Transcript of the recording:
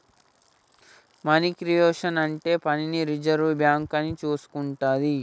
money creation అనే పనిని reserve bank అని చూసుకుంటాది